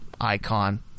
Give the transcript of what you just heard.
Icon